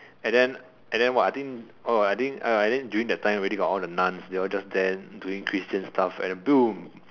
and then and then what I think oh I think I think during that time already got all the nuns they all just there doing christian stuff and then boom